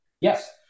Yes